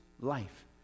life